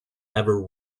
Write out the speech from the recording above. ever